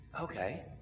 Okay